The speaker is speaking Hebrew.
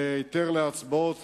להיתר להצבעות,